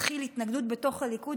תתחיל התנגדות בתוך הליכוד.